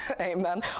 Amen